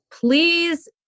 Please